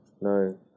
no